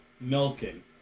milking